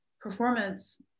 performance